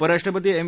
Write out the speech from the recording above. उपराष्ट्रपती एम